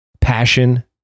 passion